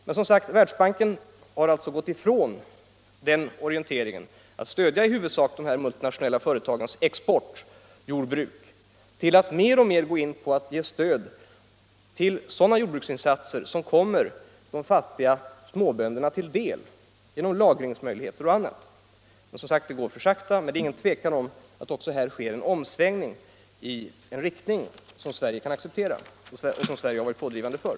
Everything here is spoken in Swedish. Men Världsbanken har alltså upphört att i huvudsak stödja de multinationella företagens exportjordbruk och har i stället mer och mer gått in för att ge stöd till sådana jordbruksinsatser som kommer de fattiga småbönderna till del genom lagringsmöjligheter och annat. Det går som sagt för långsamt, men det råder inget tvivel om att det också här sker en omsvängning i en riktning som Sverige kan acceptera och som Sverige har varit pådrivande för.